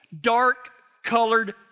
dark-colored